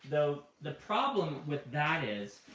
though, the problem with that is,